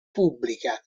pubblica